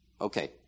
Okay